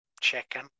chicken